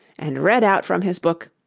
and read out from his book,